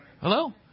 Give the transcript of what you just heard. Hello